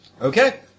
Okay